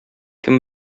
кем